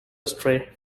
astray